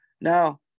Now